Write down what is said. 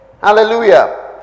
Hallelujah